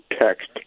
text